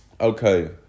okay